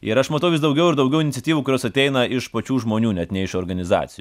ir aš matau vis daugiau ir daugiau iniciatyvų kurios ateina iš pačių žmonių net ne iš organizacijų